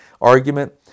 argument